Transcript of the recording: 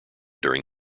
during